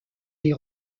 est